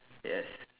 yes